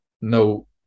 no